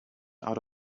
out